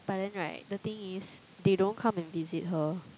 but then right the thing is they don't come and visit her